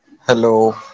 Hello